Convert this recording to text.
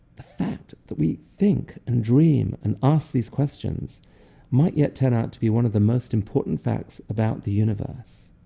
the fact that we think and dream and ask these questions might yet turn out to be one of the most important facts about the universe.